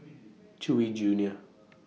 Chewy Junior